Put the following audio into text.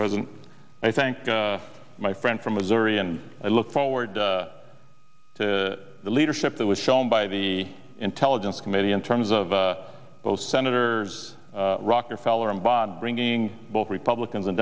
president i thank my friend from missouri and i look forward to the leadership that was shown by the intelligence committee in terms of both senators rockefeller and by bringing both republicans and